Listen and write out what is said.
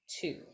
two